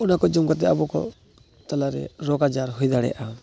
ᱚᱱᱟ ᱠᱚ ᱡᱚᱢ ᱠᱟᱛᱮ ᱟᱵᱚ ᱠᱚ ᱛᱟᱞᱟᱮ ᱨᱳᱜᱽ ᱟᱡᱟᱨ ᱦᱩᱭ ᱫᱟᱲᱮᱭᱟᱜᱼᱟ